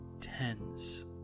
tens